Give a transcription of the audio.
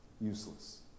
useless